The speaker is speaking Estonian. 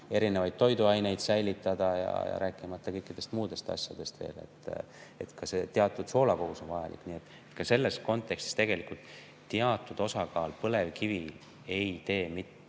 aidanud toiduaineid säilitada, rääkimata kõikidest muudest asjadest veel. Teatud soolakogus on vajalik. Ka selles kontekstis tegelikult teatud osakaal põlevkivi ei tee mitte